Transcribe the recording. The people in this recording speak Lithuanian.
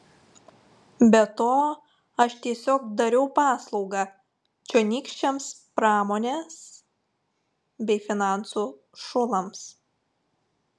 be to aš tiesiog dariau paslaugą čionykščiams pramonės bei finansų šulams